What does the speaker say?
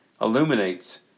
illuminates